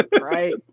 Right